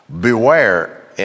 Beware